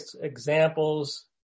examples